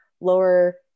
lower